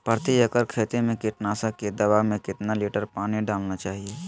प्रति एकड़ खेती में कीटनाशक की दवा में कितना लीटर पानी डालना चाइए?